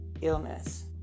illness